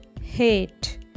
Hate